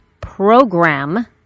program